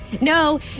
No